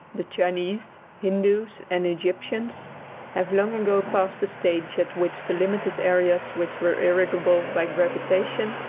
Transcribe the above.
the chinese, hindoos and egyptians have long ago passed the stage at which the limited areas which were irrigable by gravitation,